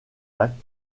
actes